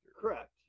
correct